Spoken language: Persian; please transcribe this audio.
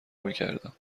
میکردم